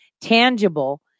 tangible